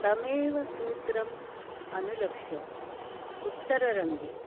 तमेव सूत्रम् अनुलक्ष्य उत्तररङ्गे